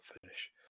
finish